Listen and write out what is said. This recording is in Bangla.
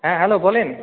হ্যাঁ হ্যালো বলুন